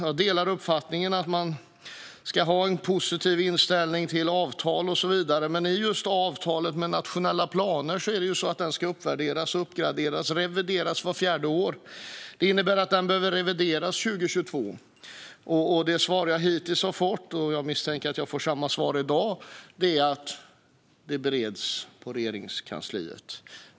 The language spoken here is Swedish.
Jag delar uppfattningen att man ska ha en positiv inställning till avtal och så vidare. Men den avtalade nationella planen ska uppvärderas, uppgraderas och revideras vart fjärde år. Det innebär att den behöver revideras 2022. Det svar jag hittills har fått, och jag misstänker att jag får samma svar i dag, är att frågan bereds på Regeringskansliet.